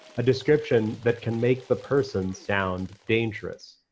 a description that can make the person sound dangerous.